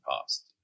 past